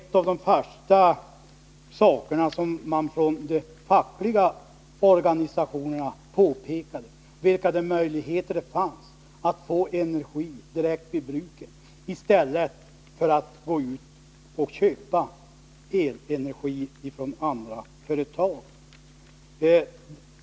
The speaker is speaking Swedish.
En av de första saker som de fackliga organisationerna påpekade var vilka möjligheter det fanns att få energi direkt vid bruket i stället för att man som nu skall behöva gå ut och köpa elenergin från andra företag.